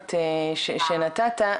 המעניינת שנתת,